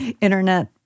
Internet